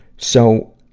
so,